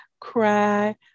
cry